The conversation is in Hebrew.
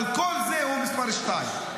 אבל כל זה הוא מספר שתיים.